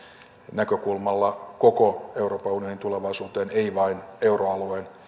näkökulmalla koko euroopan unionin tulevaisuuteen emme vain euroalueen